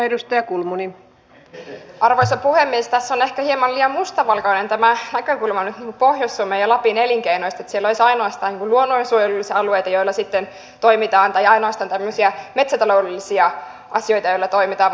tässä on nyt ehkä hieman liian mustavalkoinen tämä näkökulma pohjois suomen ja lapin elinkeinoista että siellä olisi ainoastaan luonnonsuojelullisia alueita joilla sitten toimitaan tai ainoastaan tämmöisiä metsätaloudellisia asioita joissa toimitaan